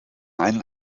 einen